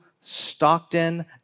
Stockton